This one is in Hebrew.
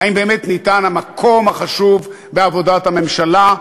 אם באמת ניתן המקום החשוב בעבודת הממשלה,